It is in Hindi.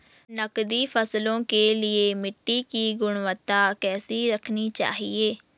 नकदी फसलों के लिए मिट्टी की गुणवत्ता कैसी रखनी चाहिए?